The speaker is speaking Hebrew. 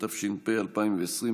התש"ף 2020,